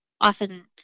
often